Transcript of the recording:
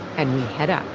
and headed